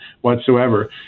whatsoever